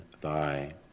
thy